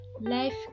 life